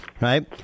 right